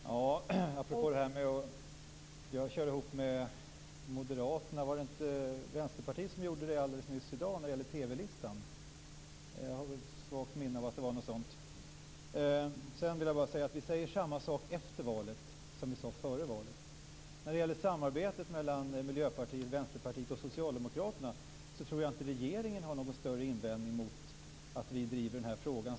Fru talman! Apropå detta med att köra ihop med Moderaterna - var det inte Vänsterpartiet som gjorde det alldeles nyss, när det gäller TV-listan? Jag har ett svagt minne av något sådant. Vi säger samma sak efter valet som vi sade före valet. När det gäller samarbetet mellan Miljöpartiet, Vänsterpartiet och Socialdemokraterna tror jag inte att regeringen har någon större invändning mot att vi driver frågan.